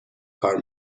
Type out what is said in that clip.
کار